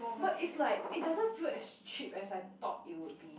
what is like it doesn't feel as cheap as I thought it will be